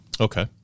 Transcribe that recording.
okay